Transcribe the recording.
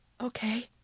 Okay